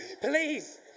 please